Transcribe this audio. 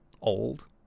old